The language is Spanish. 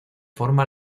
forma